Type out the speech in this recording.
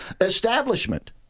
establishment